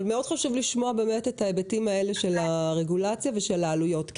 אבל חשוב מאוד לשמוע את ההיבטים האלה של הרגולציה ושל העלויות.